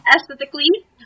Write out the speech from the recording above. aesthetically